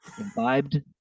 imbibed